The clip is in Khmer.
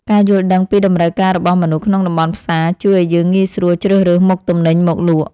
ការយល់ដឹងពីតម្រូវការរបស់មនុស្សក្នុងតំបន់ផ្សារជួយឱ្យយើងងាយស្រួលជ្រើសរើសមុខទំនិញមកលក់។